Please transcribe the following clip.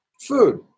Food